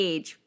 Age